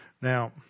Now